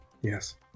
Yes